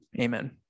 Amen